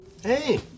Hey